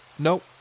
Nope